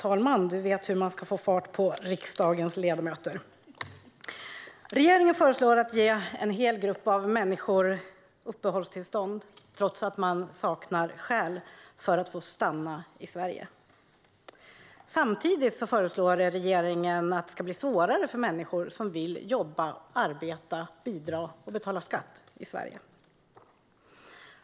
Herr talman! Regeringen föreslår att ge en hel grupp av människor uppehållstillstånd trots att de saknar skäl för att få stanna i Sverige. Samtidigt föreslår regeringen att det ska bli svårare för människor som vill jobba, arbeta, bidra och betala skatt i Sverige.